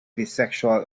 bisexual